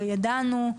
לא ידענו,